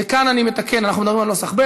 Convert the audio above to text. וכאן, אני מתקן, אנחנו מדברים על נוסח ב'.